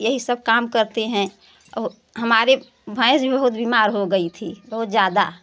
यही सब काम करते हैं हमारे भैंस भी बहुत बीमार हो गई थी बहुत ज़्यादा